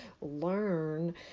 learn